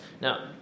Now